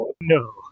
No